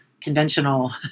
conventional